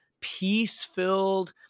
peace-filled